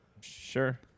Sure